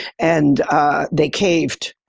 and they caved.